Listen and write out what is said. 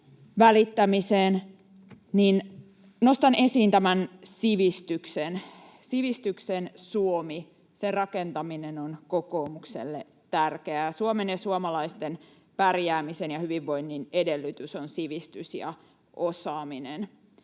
vielä nostaa esiin tämän sivistyksen. Sivistyksen Suomen rakentaminen on kokoomukselle tärkeää. Suomen ja suomalaisten pärjäämisen ja hyvinvoinnin edellytys on sivistys ja osaaminen.